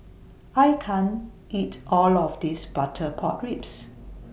I can't eat All of This Butter Pork Ribs